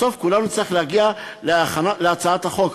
בסוף כולנו נצטרך להגיע להצעת החוק.